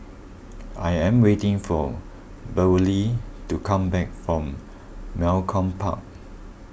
I am waiting for Beverlee to come back from Malcolm Park